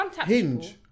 Hinge